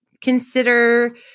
consider